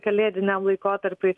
kalėdiniam laikotarpiui